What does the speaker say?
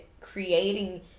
creating